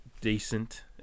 Decent